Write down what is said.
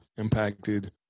impacted